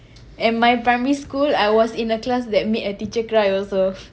and my primary school I was in a class that made a teacher cry also